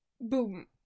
boom